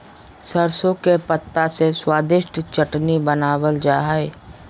सरसों के पत्ता से स्वादिष्ट चटनी बनावल जा हइ